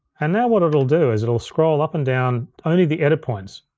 and now what it'll do is it'll scroll up and down only the edit points,